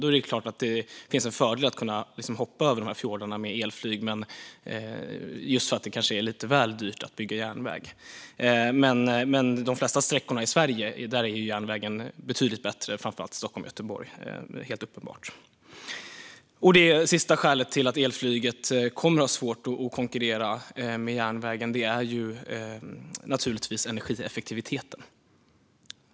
Då är det såklart en fördel att kunna ta sig över dessa fjordar med elflyg eftersom det är lite väl dyrt att bygga järnväg. Men för de flesta sträckor i Sverige är järnvägen betydligt bättre, framför allt och helt uppenbart Stockholm-Göteborg. Det sista skälet till att elflyget kommer att ha svårt att konkurrera med järnvägen är givetvis energieffektiviteten.